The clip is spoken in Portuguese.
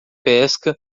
pesca